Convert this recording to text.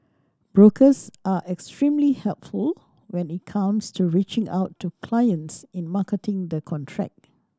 brokers are extremely helpful when it comes to reaching out to clients in marketing the contract